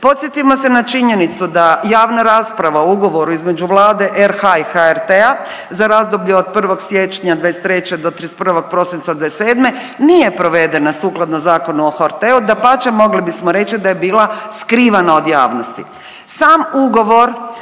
Podsjetimo se na činjenicu da javna rasprava o ugovoru između Vlade RH i HRT-a za razdoblje od 1. siječnja 2023. do 31. prosinca 2027. nije provedena sukladno Zakonu o HRT-u. Dapače, mogli bismo reći da je bila skrivana od javnosti. Sam ugovor